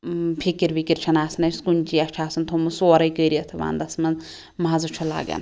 فکر وکر چھَنہٕ آسان اسہِ کُنچی اسہِ چھُ آسان تھومُت سورٕے کٔرِتھ ونٛدَس مَنٛز مَزٕ چھُ لَگان